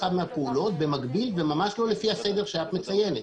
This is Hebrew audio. אז מה מהות האמצעי הזה?